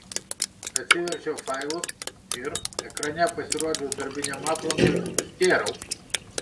atsiverčiau failus ir ekrane pasirodžius darbiniam aplankui nustėrau